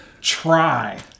try